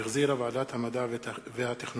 שהחזירה ועדת המדע והטכנולוגיה.